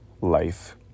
life